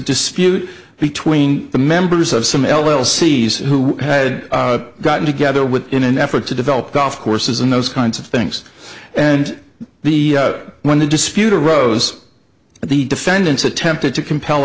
dispute between the members of some l l season who had gotten together with in an effort to develop golf courses in those kinds of things and the when the dispute arose and the defendants attempted to compel